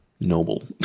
noble